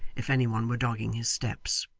if any one were dogging his steps.